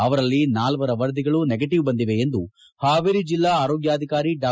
ಅವರಲ್ಲಿ ನಾಲ್ವರ ವರದಿಗಳು ನೆಗಟಿವ್ ಬಂದಿವೆ ಎಂದು ಪಾವೇರಿ ಜಿಲ್ಲಾ ಆರೋಗ್ಕಾಧಿಕಾರಿ ಡಾ